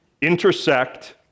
intersect